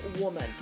woman